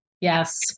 Yes